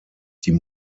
die